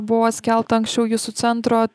buvo skelbta anksčiau jūsų centro